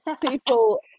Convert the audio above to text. people